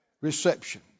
reception